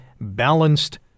balanced